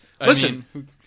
Listen